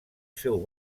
seu